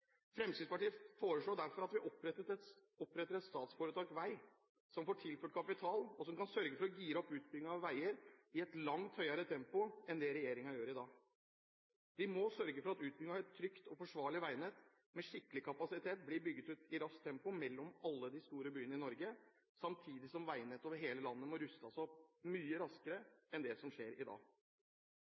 Fremskrittspartiet foreslår derfor at vi oppretter et statsforetak Riksvei SF som får tilført kapital, og som kan sørge for å gire opp utbyggingen av veier i et langt høyere tempo enn det regjeringen gjør i dag. Vi må sørge for at utbyggingen av et trygt og forsvarlig veinett med skikkelig kapasitet blir bygd ut i raskt tempo mellom alle de store byene i Norge, samtidig som veinett over hele landet må rustes opp mye raskere enn det som skjer i dag.